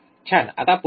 छान आता पुढे काय